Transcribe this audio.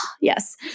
Yes